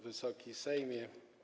Wysoki Sejmie!